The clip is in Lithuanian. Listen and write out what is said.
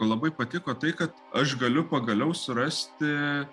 labai patiko tai kad aš galiu pagaliau surasti